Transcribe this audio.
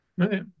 Okay